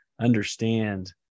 understand